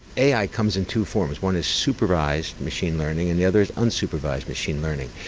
ai comes in two forms, one is supervised machine learning and the other is unsupervised machine learning.